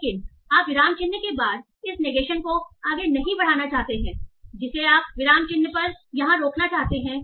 लेकिन इसलिए आप विराम चिह्न के बाद इस निगेशन को आगे नहीं बढ़ाना चाहते हैं जिसे आप विराम चिह्न पर यहाँ रोकना चाहते हैं